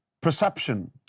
perception